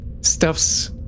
stuffs